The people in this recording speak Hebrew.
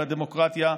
על הדמוקרטיה.